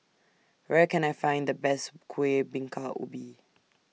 Where Can I Find The Best Kueh Bingka Ubi